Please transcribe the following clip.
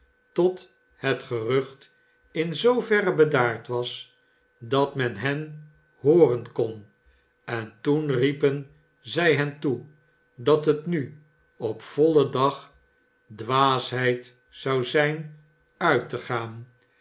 tot het gerucht in zooverre bedaard was dat men hen hooren kon en toen riepen zij hen toe dat het nu op vollen dag dwaasheid zou zijn uit te gaan